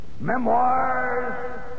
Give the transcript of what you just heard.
memoirs